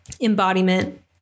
embodiment